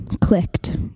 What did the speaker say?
clicked